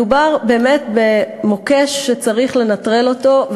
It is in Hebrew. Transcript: מדובר במוקש שצריך לנטרל אותו,